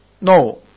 No